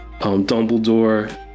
Dumbledore